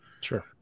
sure